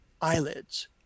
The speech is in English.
eyelids